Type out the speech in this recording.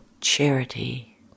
charity